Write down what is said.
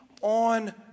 on